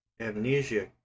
Amnesia